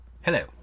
Hello